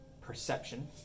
Perception